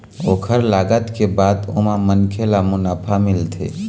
ओखर लागत के बाद ओमा मनखे ल मुनाफा मिलथे